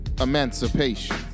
Emancipation